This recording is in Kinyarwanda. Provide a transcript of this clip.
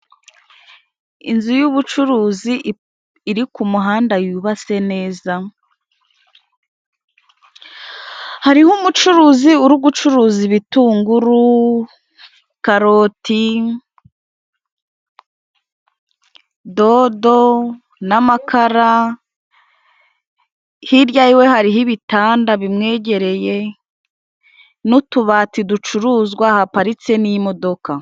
Inzu y'ubucuruzi iri ku umuhanda yubatse neza, hari ho umucuruzi uri gucura ibitunguru, karoti, dodo n'amakara ,hirya y'iwe hari ho ibitanda bimwegereye, n'utubati ducuruzwa ,haparitse n'imodoka.